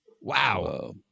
Wow